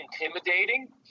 intimidating